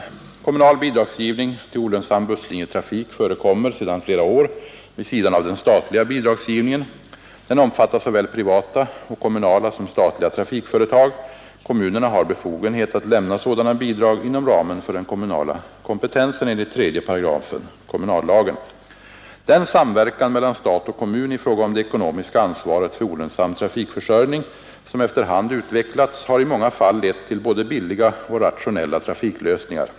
141 Kommunal bidragsgivning till olönsam busslinjetrafik förekommer sedan flera år vid sidan av den statliga bidragsgivningen. Den omfattar såväl privata och kommunala som statliga trafikföretag. Kommunerna har befogenhet att lämna sådana bidrag inom ramen för den kommunala kompetensen enligt 3 § kommunallagen. Den samverkan mellan stat och kommun i fråga om det ekonomiska ansvaret för olönsam trafikförsörjning som efter hand utvecklats har i många fall lett till både billiga och rationella trafiklösningar.